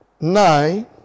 nine